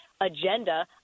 agenda